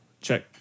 check